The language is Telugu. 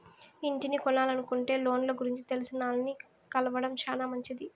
ఇంటిని కొనలనుకుంటే లోన్ల గురించి తెలిసినాల్ని కలవడం శానా మంచిది